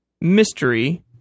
mystery